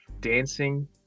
dancing